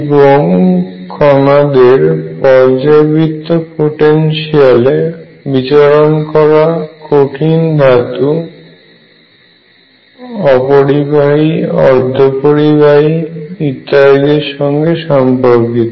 এবং কণাদের পর্যায়বৃত্ত পোটেনশিয়ালে বিচরণ করা কঠিন ধাতু পরিবাহী অপরিবাহী এবং অর্ধপরিবাহীর সঙ্গে সম্পর্কীত